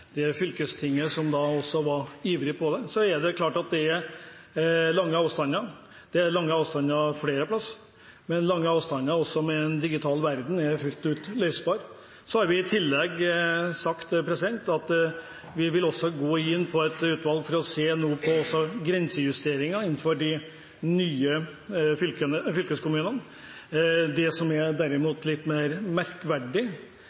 av fylkestinget, som var ivrig i saken. Det er klart at det er lange avstander. Det er lange avstander flere steder. Det er lange avstander, og i en digital verden er dette fullt mulig å løse. Så har vi sagt at vi vil gå inn for at et utvalg skal se på grensejusteringer innen de nye fylkeskommunene. Det som derimot er